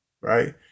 right